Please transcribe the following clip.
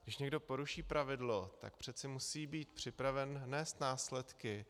Když někdo poruší pravidlo, tak přece musí být připraven nést následky.